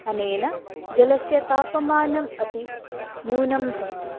अनेन जलस्य तापमानम् अपि न्यूनं भवति